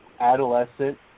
adolescent